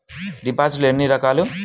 డిపాజిట్లు ఎన్ని రకాలు?